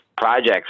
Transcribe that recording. projects